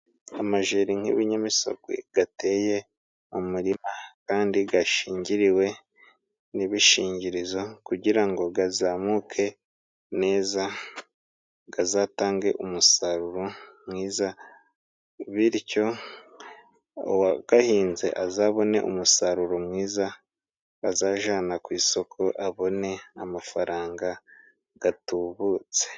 Amajeri nk'ibinyamisogwe gateye umurima kandi gashingiriwe n'ibishingirizo kugira ngo gazamuke neza gazatange umusaruro mwiza bityo uwa gahinze azabone umusaruro mwiza azajana ku isoko abone amafaranga gatubutse.